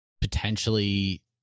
potentially